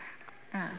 mm